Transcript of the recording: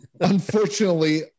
unfortunately